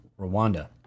Rwanda